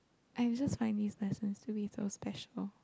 I'm just find this person to be so special